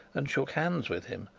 and shook hands with him,